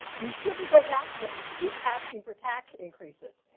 you shouldn't go back to them and keep asking for tax increases.